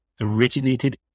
originated